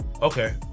Okay